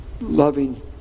loving